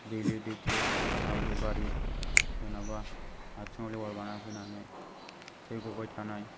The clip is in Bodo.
दैलि दैथे हाब्रुारि जेनेबा आथिङाव लेवार बाना फैनानै थै गबाय थानाय